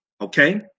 okay